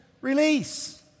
release